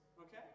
okay